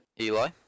Eli